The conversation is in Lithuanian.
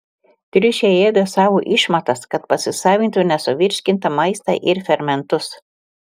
triušiai ėda savo išmatas kad pasisavintų nesuvirškintą maistą ir fermentus